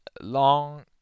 long